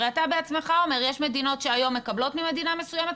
הרי אתה בעצמך אומר שיש מדינות שהיום מקבלות ממדינה מסוימת,